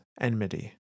enmity